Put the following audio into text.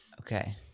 Okay